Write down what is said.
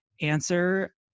Answer